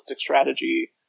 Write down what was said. strategy